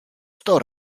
sto